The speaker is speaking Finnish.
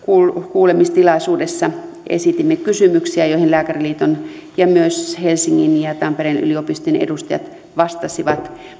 kuulemistilaisuudessa esitimme kysymyksiä joihin lääkäriliiton ja myös helsingin ja tampereen yliopistojen edustajat vastasivat